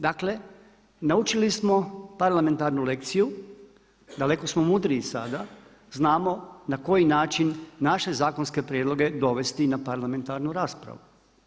Dakle naučili smo parlamentarnu lekciju, daleko smo mudriji sada, znamo na koji način naše zakonske prijedloge dovesti na parlamentarnu raspravu.